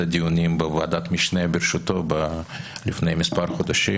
הדיונים בוועדת המשנה בראשותו לפני מספר חודשים.